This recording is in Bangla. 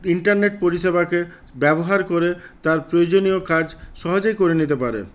ইন্টারনেট পরিষেবাকে ব্যবহার করে তার প্রয়োজনীয় কাজ সহজেই করে নিতে পারে